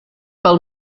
pel